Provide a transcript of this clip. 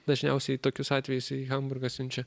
dažniausiai tokius atvejus į hamburgą siunčia